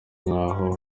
nk’aho